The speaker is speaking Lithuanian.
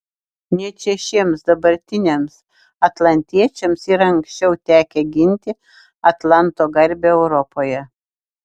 net šešiems dabartiniams atlantiečiams yra anksčiau tekę ginti atlanto garbę europoje